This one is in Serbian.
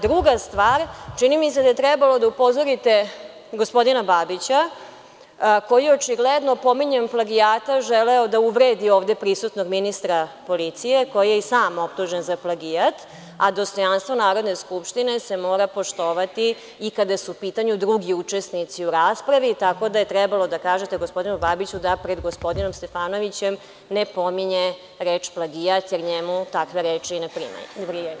Druga stvar, čini mi se da je trebalo da upozorite gospodina Babića koji je očigledno pominjanjem plagijata želeo da uvredi ovde prisutnog ministra policije koji je i sam optužen za plagijat, a dostojanstvo Narodne skupštine se mora poštovati i kada su u pitanju drugi učesnici u raspravi, tako da je trebalo da kažete gospodinu Babiću da pred gospodinom Stefanovićem ne pominje reč plagijat jer njemu takve reči ne prijaju.